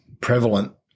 prevalent